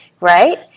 right